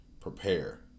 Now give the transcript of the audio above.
Prepare